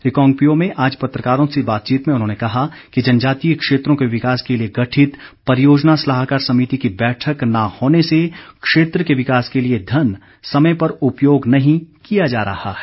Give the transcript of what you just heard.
रिकांगपिओ में आज पत्रकारों से बातचीत में उन्होंने कहा कि जनजातीय क्षेत्रों के विकास के लिए गठित परियोजना सलाहकार समिति की बैठक न होने से क्षेत्र के विकास के लिए धन समय पर उपयोग नहीं किया जा रहा है